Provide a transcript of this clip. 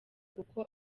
kuko